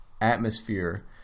atmosphere